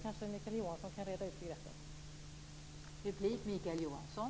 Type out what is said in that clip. Mikael Johansson kanske kan reda ut begreppen.